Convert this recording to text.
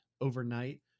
overnight